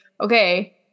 okay